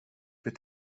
wird